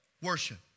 worship